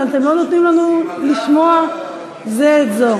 אבל אתם לא נותנים לנו לשמוע זה את זה.